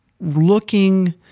looking